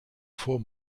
vor